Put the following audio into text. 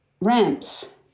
ramps